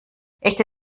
echte